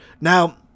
Now